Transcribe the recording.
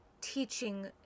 teaching